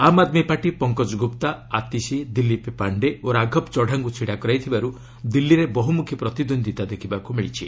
ଆମ୍ ଆଦ୍ମୀ ପାର୍ଟି ପଙ୍କଜ ଗୁପ୍ତା ଆତିଶି ଦିଲ୍ଲୀପ ପାଣ୍ଡେ ଓ ରାଘବ ଚଢ଼ାଙ୍କୁ ଛିଡ଼ା କରାଇଥିବାରୁ ଦିଲ୍ଲୀରେ ବହୁମୁଖୀ ପ୍ରତିଦ୍ୱନ୍ଦିତା ଦେଖିବାକୁ ମିଳିଛି